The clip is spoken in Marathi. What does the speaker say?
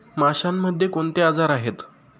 माशांमध्ये कोणते आजार आहेत?